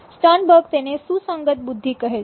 Sternberg તેને સુસંગત બુદ્ધિ કહે છે